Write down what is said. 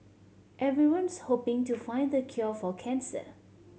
everyone's hoping to find the cure for cancer